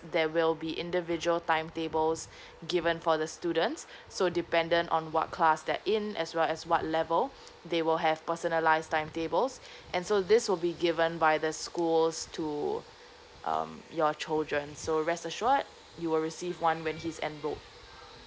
there will be individual timetables given for the students so dependent on what class they're in as well as what level they will have personalised timetables and so this will be given by the schools to um your children so rest assured you'll receive one when he's enrolled